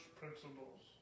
principles